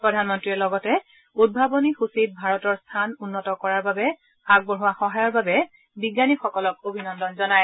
প্ৰধানমন্ত্ৰীয়ে লগেত উদ্ভাৱনী সূচীত ভাৰতৰ স্থান উন্নত কৰাৰ বাবে আগবঢ়োৱা সহায়ৰ বাবে বিজ্ঞানীসকলক অভিনন্দন জনায়